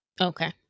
okay